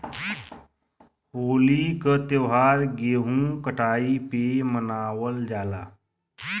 होली क त्यौहार गेंहू कटाई पे मनावल जाला